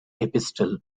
epistle